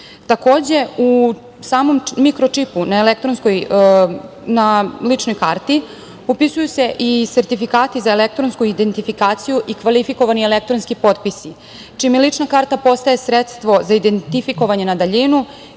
Takođe, u samom mikro čipu na ličnoj karti upisuju se i sertifikati za elektronsku identifikaciju i kvalifikovani elektronski potpisi, čime lična karta postaje sredstvo za identifikovanje na daljinu,